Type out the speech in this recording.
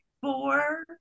four